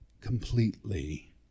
completely